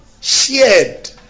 shared